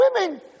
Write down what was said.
women